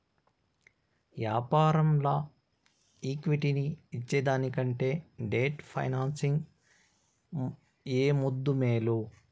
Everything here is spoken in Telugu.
యాపారంల ఈక్విటీని ఇచ్చేదానికంటే డెట్ ఫైనాన్సింగ్ ఏ ముద్దూ, మేలు